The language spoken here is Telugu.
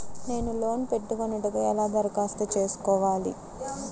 నేను లోన్ పెట్టుకొనుటకు ఎలా దరఖాస్తు చేసుకోవాలి?